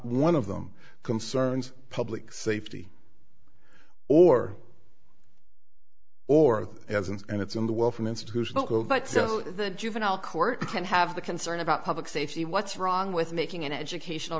one of them concerns public safety or or as and it's in the well from institutional but the juvenile court can have the concern about public safety what's wrong with making an educational